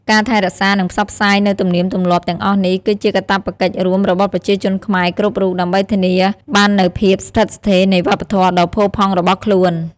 ការថែរក្សា និងផ្សព្វផ្សាយនូវទំនៀមទម្លាប់ទាំងអស់នេះ គឺជាកាតព្វកិច្ចរួមរបស់ប្រជាជនខ្មែរគ្រប់រូប ដើម្បីធានាបាននូវភាពស្ថិតស្ថេរនៃវប្បធម៌ដ៏ផូរផង់របស់ខ្លួន។